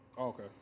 Okay